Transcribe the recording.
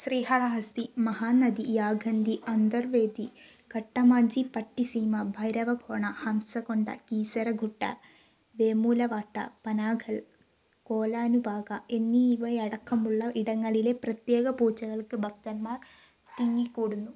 ശ്രീഹാളഹസ്തി മഹാനന്ദി യാഗന്തി അന്തർവേദി കട്ടമാഞ്ചി പട്ടിസീമ ഭൈരവഭോണ ഹംസകൊണ്ട കീസരഗുട്ട വേമുലവാട്ട പനാഗൽ കോലാനുപാക എന്നിവയടക്കമുള്ള ഇടങ്ങളിലെ പ്രത്യേക പൂജകൾക്ക് ഭക്തന്മാർ തിങ്ങിക്കൂടുന്നു